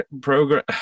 program